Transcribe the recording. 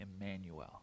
Emmanuel